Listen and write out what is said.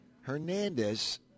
Hernandez